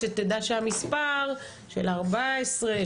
אז שתדע שהמספר 14,000,